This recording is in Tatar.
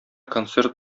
концерт